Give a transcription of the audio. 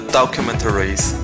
documentaries